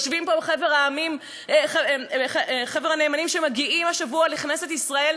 יושבים פה חבר הנאמנים שמגיעים השבוע לכנסת ישראל,